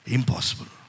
Impossible